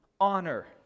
Honor